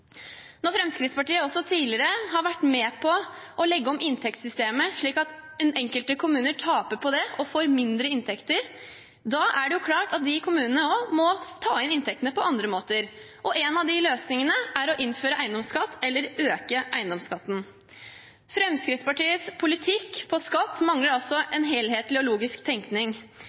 Når Fremskrittspartiet tidligere har vært med på å legge om inntektssystemet slik at enkelte kommuner taper på det og får mindre inntekter, er det klart at de kommunene må ta inn inntektene på andre måter, og en av løsningene er å innføre eiendomsskatt eller å øke eiendomsskatten. Fremskrittspartiets skattepolitikk mangler altså en helhetlig og logisk tenkning,